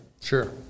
Sure